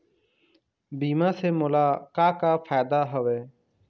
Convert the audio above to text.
बीमा से मोला का का फायदा हवए?